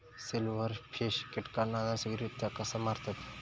Silverfish कीटकांना नैसर्गिकरित्या कसा मारतत?